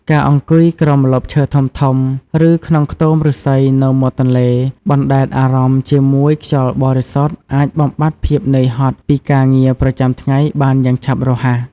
ការអង្គុយក្រោមម្លប់ឈើធំៗ ឬក្នុងខ្ទមឫស្សីនៅមាត់ទន្លេ បណ្តែតអារម្មណ៍ជាមួយខ្យល់បរិសុទ្ធអាចបំបាត់ភាពនឿយហត់ពីការងារប្រចាំថ្ងៃបានយ៉ាងឆាប់រហ័ស។